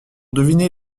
deviner